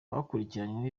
bakurikiranyweho